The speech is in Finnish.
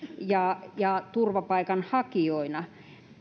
ja turvapaikanhakijoina